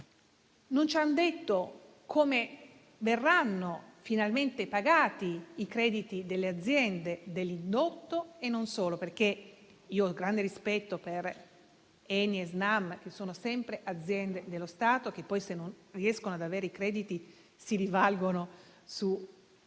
Non ci hanno detto come verranno finalmente pagati i crediti delle aziende dell'indotto e non solo. Ho grande rispetto per ENI e Snam, che sono sempre aziende dello Stato, che, se non riescono ad avere i crediti, si rivalgono sul